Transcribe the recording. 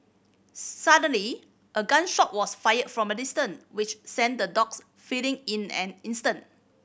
suddenly a gun shot was fired from a distance which sent the dogs fleeing in an instant